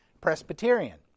Presbyterian